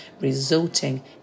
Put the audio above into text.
resulting